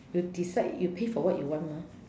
you decide you pay for what you want mah